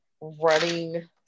running